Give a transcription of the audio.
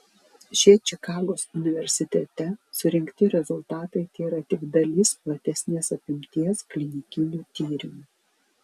šie čikagos universitete surinkti rezultatai tėra tik dalis platesnės apimties klinikinių tyrimų